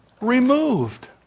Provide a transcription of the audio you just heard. removed